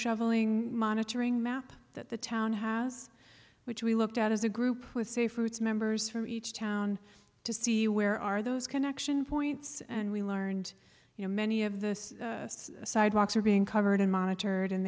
shoveling monitoring map that the town has which we looked at as a group with safe routes members from each town to see where are those connection points and we learned you know many of the sidewalks are being covered in monitored and